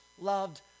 loved